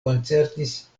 koncertis